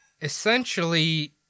essentially